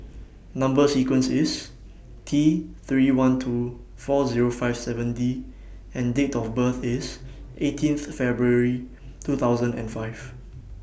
Number sequence IS T three one two four Zero five seven D and Date of birth IS eighteenth February two thousand and five